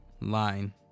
line